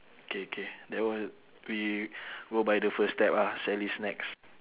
K K that one we go by the first step ah sally's snacks